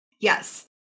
Yes